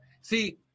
see